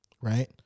right